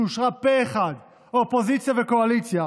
שאושרה פה אחד, אופוזיציה וקואליציה,